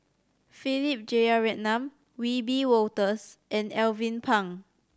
Philip Jeyaretnam Wiebe Wolters and Alvin Pang